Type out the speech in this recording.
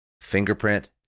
Fingerprint